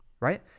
Right